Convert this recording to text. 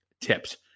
tips